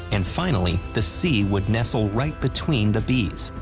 and finally the c would nestle right between the b's.